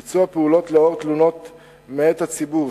3. ביצוע פעולות בעקבות תלונות מאת הציבור,